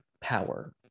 power